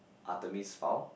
Artemis Fowl